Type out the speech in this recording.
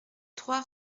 trois